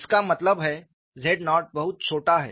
इसका मतलब है z0 बहुत छोटा है